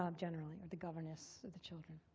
um generally, or the governess of the children.